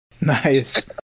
Nice